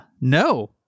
No